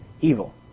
evil